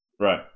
Right